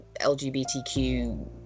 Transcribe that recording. LGBTQ